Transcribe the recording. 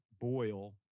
boil